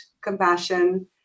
compassion